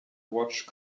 watch